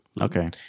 Okay